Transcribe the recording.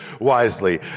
wisely